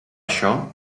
això